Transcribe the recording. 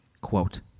Quote